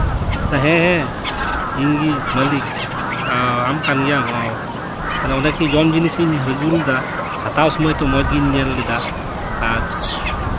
ᱦᱮᱸ ᱦᱮᱸ ᱤᱧᱜᱮ ᱢᱟᱹᱞᱤᱠ ᱟᱢ ᱠᱟᱱ ᱜᱮᱭᱟᱢ ᱚᱸᱻ ᱛᱟᱦᱚᱞᱮ ᱚᱸᱰᱮ ᱠᱤ ᱡᱚᱢ ᱡᱤᱱᱤᱥ ᱤᱧ ᱟᱹᱜᱩ ᱞᱮᱫᱟ ᱦᱟᱛᱟᱣ ᱥᱚᱢᱚᱭ ᱛᱚ ᱢᱚᱡᱽ ᱜᱮᱧ ᱧᱮᱞ ᱞᱮᱫᱟ ᱟᱨ